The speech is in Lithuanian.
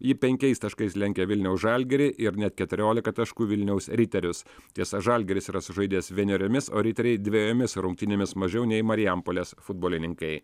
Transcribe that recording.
ji penkiais taškais lenkia vilniaus žalgirį ir net keturiolika taškų vilniaus riterius tiesa žalgiris yra sužaidęs vieneriomis o riteriai dvejomis rungtynėmis mažiau nei marijampolės futbolininkai